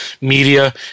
media